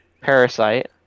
Parasite